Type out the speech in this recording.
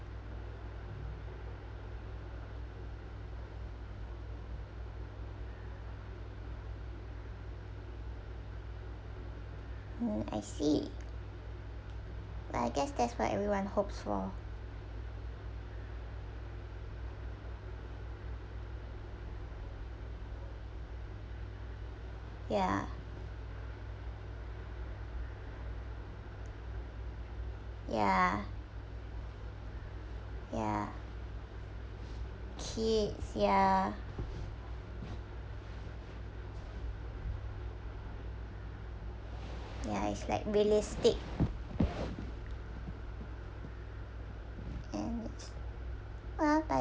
hmm I see but I guess that's what everyone hopes for ya ya ya kids ya ya it's like realistic and it's well but